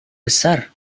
besar